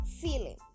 feeling